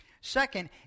Second